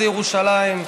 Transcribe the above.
זה ירושלים?